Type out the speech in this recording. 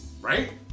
Right